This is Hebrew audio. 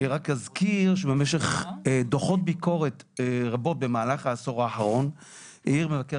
רק אזכיר שבמשך דוחות ביקורת רבים במהלך העשור האחרון העיר מבקר